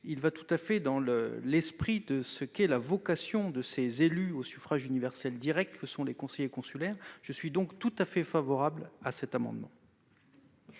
tout à fait à la vocation de ces élus au suffrage universel direct que sont les conseillers consulaires. Je suis tout à fait favorable à cet amendement.